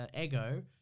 Ego